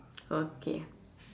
okay